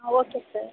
ಹಾಂ okay sir